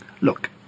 look